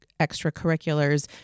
extracurriculars